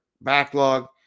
backlog